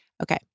Okay